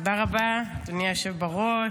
תודה רבה, אדוני היושב בראש.